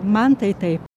man tai taip